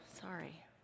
sorry